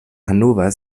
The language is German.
hannover